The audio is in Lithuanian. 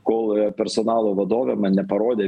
kol personalo vadovė man neparodė